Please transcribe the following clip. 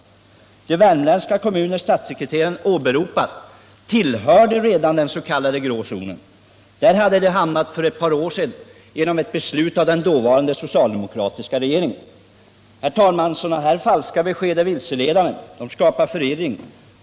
De värmländska kommuner som statssekreteraren hade åberopat tillhörde redan den s.k. grå zonen. Där hade de hamnat för ett par år sedan genom ett beslut av den dåvarande socialdemokratiska regeringen. Sådana här falska besked är vilseledande. De skapar förvirring.